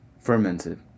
Fermented